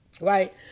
Right